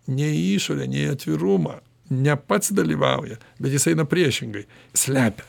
ne į išorę ne į atvirumą ne pats dalyvauja bet jis eina priešingai slepia